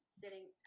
sitting